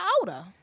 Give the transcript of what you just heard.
older